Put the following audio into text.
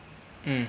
mm